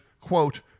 quote